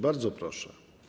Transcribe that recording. Bardzo proszę.